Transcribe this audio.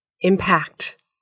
impact